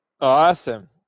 Awesome